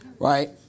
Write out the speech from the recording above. Right